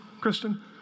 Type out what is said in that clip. Kristen